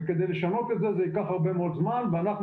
וכדי לשנות את זה ייקח הרבה מאוד זמן ואנחנו